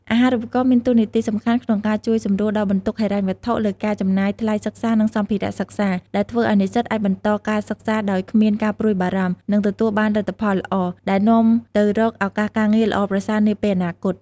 អាហារូបករណ៍មានតួនាទីសំខាន់ក្នុងការជួយសម្រួលដល់បន្ទុកហិរញ្ញវត្ថុលើការចំណាយថ្លៃសិក្សានិងសម្ភារៈសិក្សា ដែលធ្វើឲ្យនិស្សិតអាចបន្តការសិក្សាដោយគ្មានការព្រួយបារម្ភ និងទទួលបានលទ្ធផលល្អ ដែលនាំទៅរកឱកាសការងារល្អប្រសើរនាពេលអនាគត។